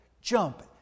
jump